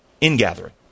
ingathering